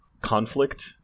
conflict